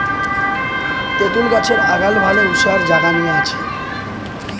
তেতুল গছের আগাল ভালে ওসার জাগা নিয়া আছে